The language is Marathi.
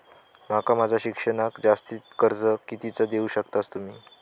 माका माझा शिक्षणाक जास्ती कर्ज कितीचा देऊ शकतास तुम्ही?